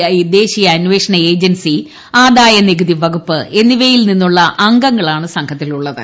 I ദേശീയ അന്വേഷണ agency ആദായ നികുതി വകുപ്പ് എന്നിവയിൽ നിന്നുള്ള അംഗങ്ങളാണ് സംഘത്തിലുള്ളത്